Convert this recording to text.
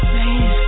Man